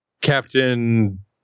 Captain